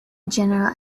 general